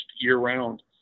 year-round